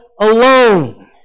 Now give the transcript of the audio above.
alone